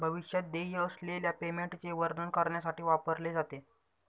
भविष्यात देय असलेल्या पेमेंटचे वर्णन करण्यासाठी वापरले जाते